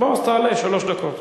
בוא, אז תעלה, שלוש דקות.